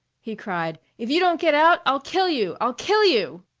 he cried. if you don't get out i'll kill you, i'll kill you!